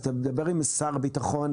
אז תדבר עם שר הביטחון,